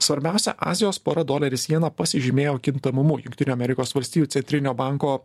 svarbiausia azijos pora doleris viena pasižymėjo kintamumu jungtinių amerikos valstijų centrinio banko